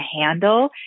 handle